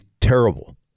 terrible